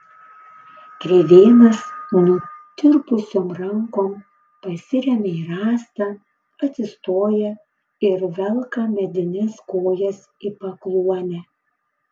kreivėnas nutirpusiom rankom pasiremia į rąstą atsistoja ir velka medines kojas į pakluonę